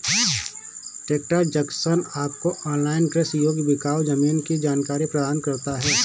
tractor Junction आपको online कृषि योग्य बिकाऊ जमीन की जानकारी प्रदान करता है